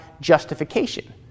justification